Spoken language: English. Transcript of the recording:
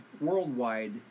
worldwide